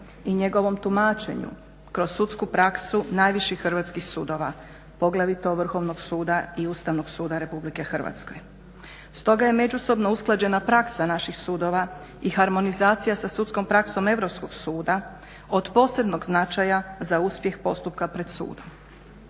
i njegovom tumačenju kroz sudsku praksu najviših hrvatskih sudova, poglavito Vrhovnog suda i Ustavnog suda RH. Stoga je međusobno usklađena praksa naših sudova i harmonizacija sa sudskom praksom Europskog suda od posebnog značaja za uspjeh postupka pred sudom.